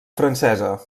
francesa